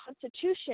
Constitution